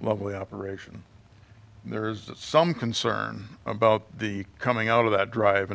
lovely operation and there's some concern about the coming out of that drive